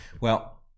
Well-